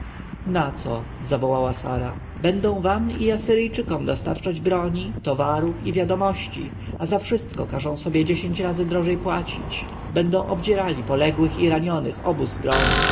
naco zawołała sara będą wam i asyryjczykom dostarczali broni towarów i wiadomości a za wszystko każą sobie dziesięć razy drożej płacić będą obdzierali poległych i ranionych obu stron